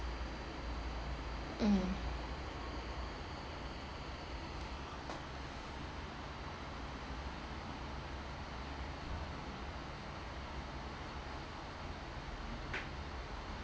mm